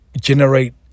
generate